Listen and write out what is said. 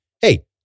Hey